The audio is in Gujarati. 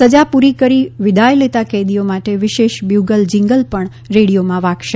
સજા પૂરી કરી વિદાય લેતા કેદીઓ માટે વિશેષ બ્યૂગલ જિંગલ પણ રેડિયોમાં વાગશે